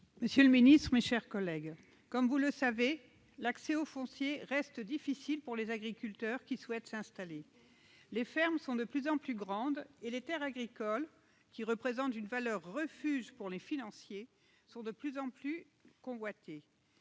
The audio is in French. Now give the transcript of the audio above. la parole est à Mme Noëlle Rauscent. Chacun sait que l'accès au foncier reste difficile pour les agriculteurs qui souhaitent s'installer : les fermes sont de plus en plus grandes et les terres agricoles, qui représentent une valeur refuge pour les financiers, sont de plus en plus convoitées.